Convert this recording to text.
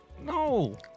No